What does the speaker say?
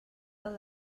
del